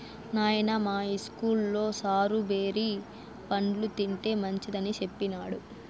నాయనా, మా ఇస్కూల్లో సారు బేరి పండ్లు తింటే మంచిదని సెప్పినాడు